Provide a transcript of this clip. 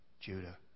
Judah